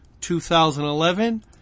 2011